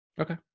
Okay